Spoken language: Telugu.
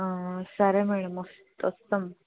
సరే మ్యాడమ్ వస్తా వస్తాం